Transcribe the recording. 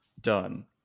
done